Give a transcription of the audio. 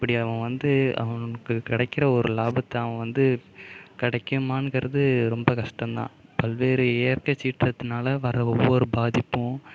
இப்படி அவன் வந்து அவனுக்கு கிடைக்கிற ஒரு லாபத்தை அவன் வந்து கிடைக்குமாங்கிறது ரொம்ப கஷ்டம் தான் பல்வேறு இயற்கை சீற்றத்துனால் வர ஒவ்வொரு பாதிப்பும்